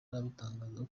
arabitangazaho